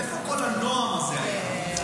איפה כל הנועם הזה היה?